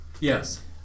Yes